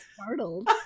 startled